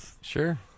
Sure